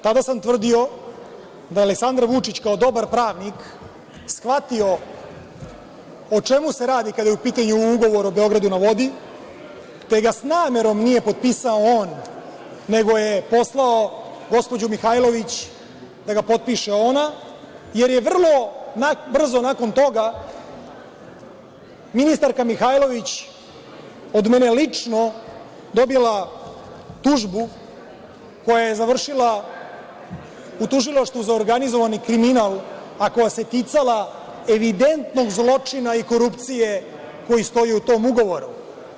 Tada sam tvrdio da je Aleksandar Vučić kao dobar pravnik shvatio o čemu se radi kada je u pitanju Ugovor o „Beogradu na vodi“, te ga sa namerom nije potpisao on, nego je poslao gospođu Mihajlović da ga potpiše ona, jer je vrlo brzo nakon toga ministarka Mihajlović od mene lično dobila tužbu koja je završila u Tužilaštvu za organizovani kriminal, a koja se ticala evidentnog zločina korupcije koji stoji u tom Ugovoru.